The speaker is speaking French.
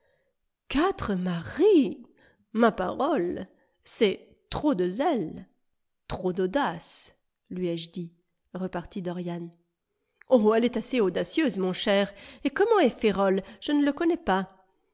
quatre maris i ma parole c'est trop de zèle trop d'audace lui ai-je dit repartit dorian oh i elle est assez audacieuse mon cher et comment est ferrol je ne le connais pas